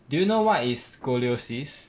do you know what is scoliosis